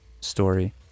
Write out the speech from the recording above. story